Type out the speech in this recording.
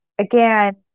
Again